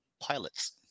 pilots